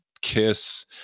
kiss